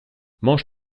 mange